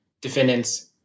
defendants